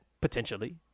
potentially